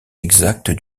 exacte